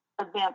event